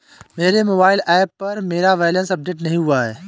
मेरे mobile app पर मेरा बैलेंस अपडेट नहीं हुआ है